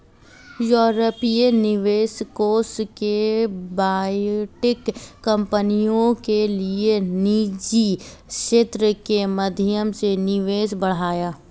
यूरोपीय निवेश कोष ने बायोटेक कंपनियों के लिए निजी क्षेत्र के माध्यम से निवेश बढ़ाया